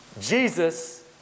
Jesus